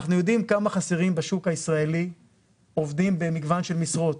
אנחנו יודעים כמה חסרים בשוק הישראלי עובדים במגוון של משרות,